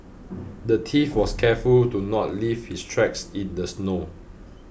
the thief was careful to not leave his tracks in the snow